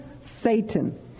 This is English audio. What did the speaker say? Satan